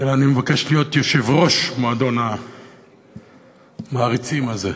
אלא אני מבקש להיות יושב-ראש מועדון המעריצים הזה,